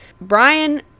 Brian